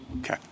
Okay